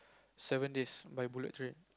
seven days by bullet train